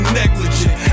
negligent